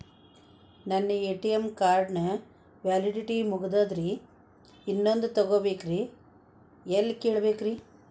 ನನ್ನ ATM card ನ validity ಮುಗದದ್ರಿ ಇನ್ನೊಂದು ತೊಗೊಬೇಕ್ರಿ ಎಲ್ಲಿ ಕೇಳಬೇಕ್ರಿ?